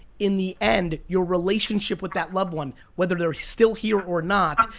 in the end your relationship with that loved one, whether they're still here or not,